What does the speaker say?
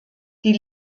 die